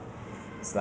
you know to the